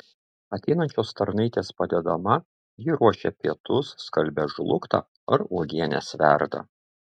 ateinančios tarnaitės padedama ji ruošia pietus skalbia žlugtą ar uogienes verda